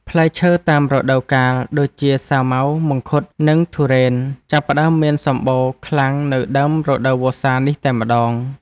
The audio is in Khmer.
ផ្លែឈើតាមរដូវកាលដូចជាសាវម៉ាវមង្ឃុត និងធុរេនចាប់ផ្តើមមានសម្បូរខ្លាំងនៅដើមរដូវវស្សានេះតែម្ដង។